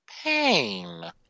pain